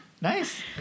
Nice